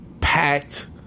packed